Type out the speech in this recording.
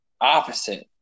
opposite